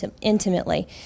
intimately